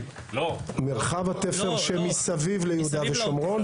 מרחב התפר שמסביב ליהודה ושומרון,